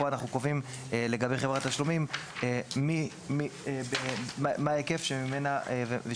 כאן אנחנו קובעים לגבי חברת תשלומים מה ההיקף ממנו